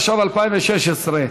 התשע"ו 2016,